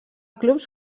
clubs